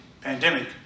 pandemic